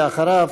ואחריו,